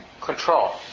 control